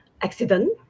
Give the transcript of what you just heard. accident